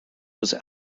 was